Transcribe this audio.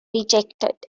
rejected